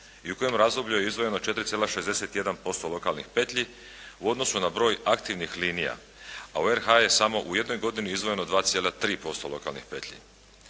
i u kojem razdoblju je izdvojeno 4,61% lokalnih petlji u odnosu na broj aktivnih linija, a u RH je samo u jednoj godini izdvojeno 2,3% lokalnih petlji.